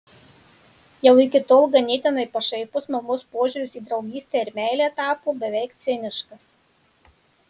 jau iki tol ganėtinai pašaipus mamos požiūris į draugystę ir meilę tapo beveik ciniškas